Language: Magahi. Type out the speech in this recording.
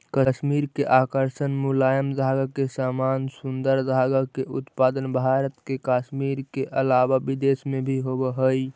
कश्मीर के आकर्षक मुलायम धागा के समान सुन्दर धागा के उत्पादन भारत के कश्मीर के अलावा विदेश में भी होवऽ हई